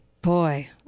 boy